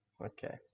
okay